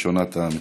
ראשונת המציעים,